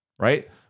right